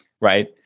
right